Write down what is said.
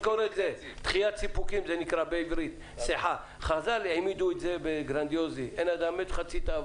צריכים לשמור את התיעוד תהיה שלוש שנים ולא שבע.